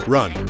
Run